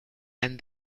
and